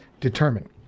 determine